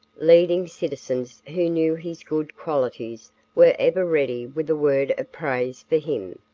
leading citizens who knew his good qualities were ever ready with a word of praise for him.